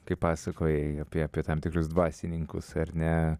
kai pasakojai apie apie tam tikrus dvasininkus ar ne